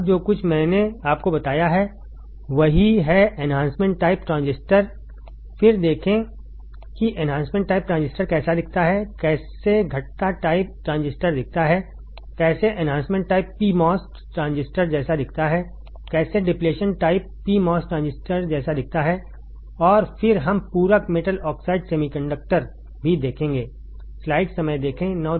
अब जो कुछ मैंने आपको पहले बताया है वही है एन्हांसमेंट टाइप ट्रांजिस्टर फिर देखें कि एन्हांसमेंट टाइप ट्रांजिस्टर कैसा दिखता है कैसे घटता टाइप ट्रांजिस्टर दिखता है कैसे enhancement type P MOS transistor जैसा दिखता है कैसे depletion type P MOS transistor जैसा दिखता है और फिर हम पूरक मेटल ऑक्साइड सेमीकंडक्टर भी देखेंगे